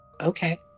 okay